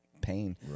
pain